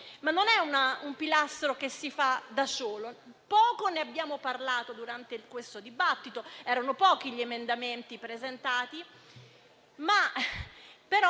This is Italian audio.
ma non è un pilastro che si fa da solo. Poco ne abbiamo parlato durante questo dibattito ed erano pochi gli emendamenti presentati. È un